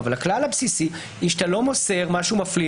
אבל הכלל הבסיסי הוא שאתה לא מוסר משהו מפליל